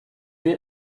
wir